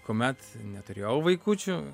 kuomet neturėjau vaikučių